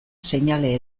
seinale